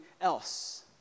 else